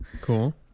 Cool